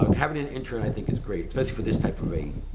ah having an intern i think is great, especially for this type of a